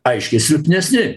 aiškiai silpnesni